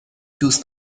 دوست